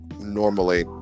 normally